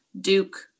Duke